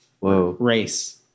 race